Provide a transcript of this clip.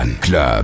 Club